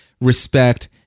respect